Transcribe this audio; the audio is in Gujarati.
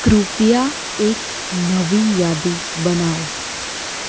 કૃપયા એક નવી યાદી બનાવો